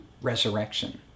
resurrection